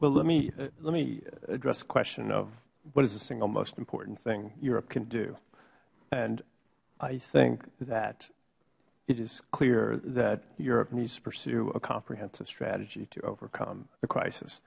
well let me address the question of what is the single most important thing europe can do and i think that it is clear that europe needs to pursue a comprehensive strategy to overcome the crisis